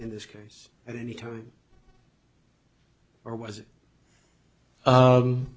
in this case at any time or was it